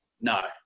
no